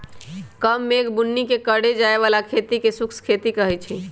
कम मेघ बुन्नी के करे जाय बला खेती के शुष्क खेती कहइ छइ